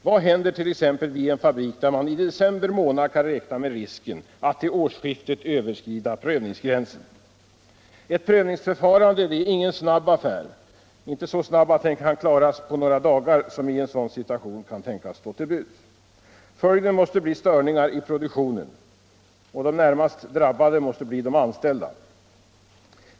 Vad händer t.ex. vid en fabrik där man i december månad kan räkna med risken att till årsskiftet överskrida prövningsgränsen? Ett prövningsförfarande är inte en så snabb affär att den kan klaras på några dagar, som i en sådan situation kan tänkas stå till buds. Följden måste bli störningar i produktionen och de närmast drabbade blir de anställda.